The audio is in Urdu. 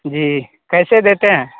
جی کیسے دیتے ہیں